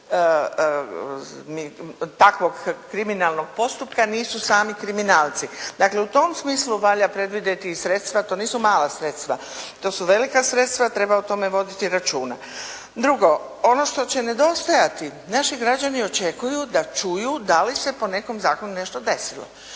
takvog kriminalnog postupka nisu sami kriminalci. Dakle, u tom smislu valjda predvidjeti i sredstva. To nisu mala sredstva. To su velika sredstva, treba o tome voditi računa. Drugo, ono što će nedostajati naši građani očekuju da čuju da li se po nekom zakonu nešto desilo.